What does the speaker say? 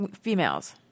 females